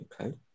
Okay